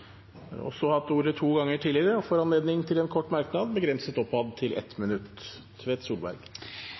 har hatt ordet to ganger tidligere og får ordet til en kort merknad, begrenset til 1 minutt.